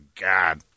God